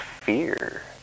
fear